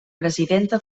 presidenta